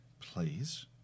please